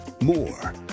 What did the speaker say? more